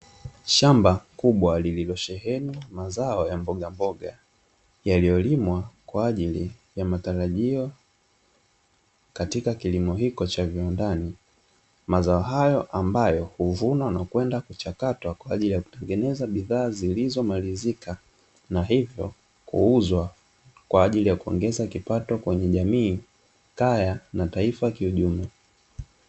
Shamba kubwa lililosheheni mazao ya mbogamboga; yaliyolimwa kwa ajili ya matarajio katika kilimo hicho cha viwandani. Mazao hayo ambayo huvunwa na kwenda kuchakatwa kwa ajili ya kutengeneza bidhaa zilizokamilika na hivyo kuuzwa kwa ajili ya kuongeza kipato kwenye jamii, kaya na taifa kiujumla.